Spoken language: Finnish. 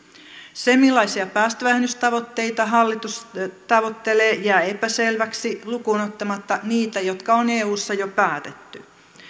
se millaisia päästövähennystavoitteita hallitus tavoittelee jää epäselväksi lukuun ottamatta niitä jotka on eussa jo päätetty